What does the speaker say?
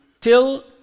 till